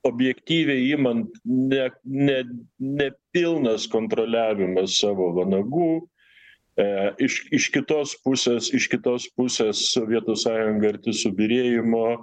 objektyviai imant ne ne ne pilnas kontroliavimas savo vanagų e iš iš kitos pusės iš kitos pusės sovietų sąjunga arti subyrėjimo